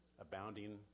abounding